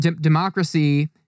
democracy